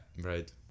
right